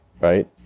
right